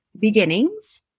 beginnings